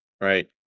right